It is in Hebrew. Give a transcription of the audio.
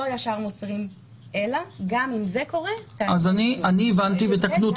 לא ישר מוסרים אלא גם אם זה קורה --- אני הבנתי ותקנו אותי.